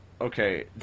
okay